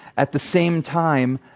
at the same time,